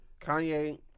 Kanye